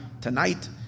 tonight